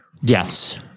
Yes